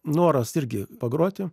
noras irgi pagroti